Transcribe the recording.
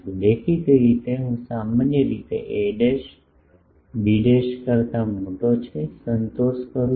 દેખીતી રીતે હું સામાન્ય રીતે એ બી કરતા મોટો છે સંતોષ કરું છું